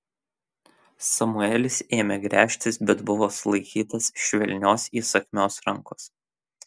samuelis ėmė gręžtis bet buvo sulaikytas švelnios įsakmios rankos